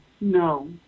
No